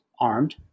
armed